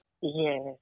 yes